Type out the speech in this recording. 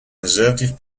conservative